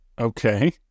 Okay